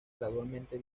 gradualmente